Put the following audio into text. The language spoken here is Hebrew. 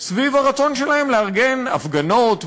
סביב הרצון שלהם לארגן הפגנות,